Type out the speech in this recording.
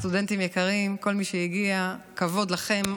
סטודנטים יקרים, כל מי שהגיע, כבוד לכם.